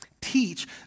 Teach